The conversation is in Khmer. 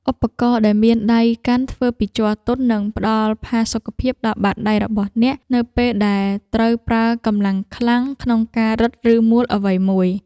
ឧបករណ៍ដែលមានដៃកាន់ធ្វើពីជ័រទន់ នឹងផ្តល់ផាសុកភាពដល់បាតដៃរបស់អ្នក នៅពេលដែលត្រូវប្រើកម្លាំងខ្លាំងក្នុងការរឹត ឬមួលអ្វីមួយ។